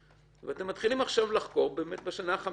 ואתם מתחילים לחקור בשנה החמישית.